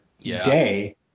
day